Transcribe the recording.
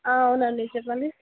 అవునండి చెప్పండి